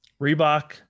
Reebok